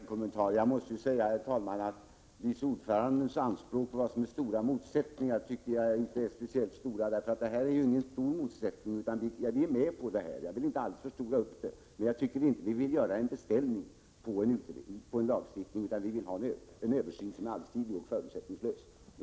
Herr talman! Jag har bara en kommentar att göra. Vice ordförandens anspråk på vad som är stora motsättningar tycker jag inte är speciellt stort. Detta är ju ingen stor motsättning. Vi är med på detta. Jag vill inte alls förstora upp det. Vi vill dock inte göra en beställning av en lagstiftning, utan vi vill ha en översyn som är allsidig och förutsättningslös.